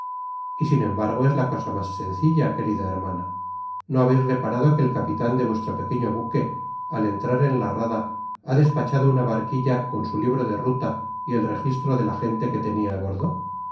y sin embargo es la cosa mas sencilla querida hermana no habeis reparado que el capitan de vuestro pequeño buque al entrar en ta rada ha despachado una barquilla con su libro de ruta y el rejistro de la gente que tenia á bordo